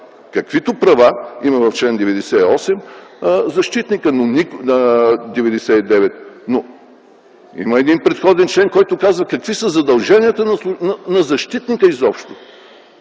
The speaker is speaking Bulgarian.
каквито права има в чл. 99 защитникът. Но има един предходен член, който казва какви са задълженията на защитника изобщо.